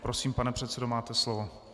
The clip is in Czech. Prosím, pane předsedo, máte slovo.